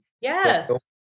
Yes